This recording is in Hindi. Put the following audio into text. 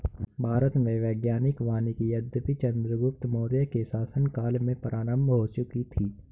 भारत में वैज्ञानिक वानिकी यद्यपि चंद्रगुप्त मौर्य के शासन काल में प्रारंभ हो चुकी थी